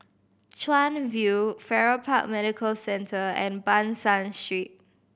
Chuan View Farrer Park Medical Centre and Ban San Street